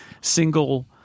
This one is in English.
single